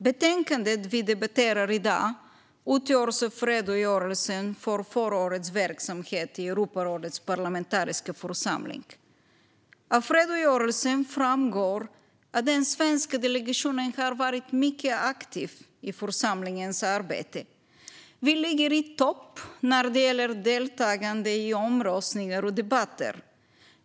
Betänkandet vi debatterar i dag utgörs av redogörelsen för förra årets verksamhet i Europarådets parlamentariska församling. Av redogörelsen framgår att den svenska delegationen har varit mycket aktiv i församlingens arbete. Vi ligger i topp när det gäller deltagande i omröstningar och debatter.